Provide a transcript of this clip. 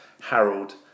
Harold